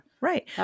Right